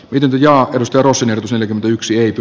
ytm jaakko turusen erotus on yksilöity